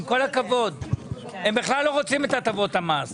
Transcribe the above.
עם כל הכבוד, הם בכלל לא רוצים את הטבות המס.